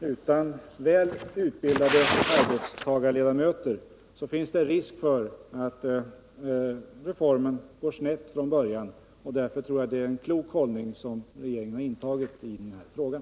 Utan väl utbildade arbetstagarledamöter finns det risk för att reformen går sne från början, varför jag tror det är en klok hållning som regeringen har intagit i den här frågan.